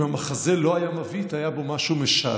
אם המחזה לא היה מבעית, היה בו משהו משעשע.